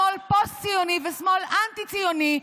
שמאל פוסט-ציוני ושמאל אנטי-ציוני,